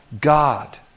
God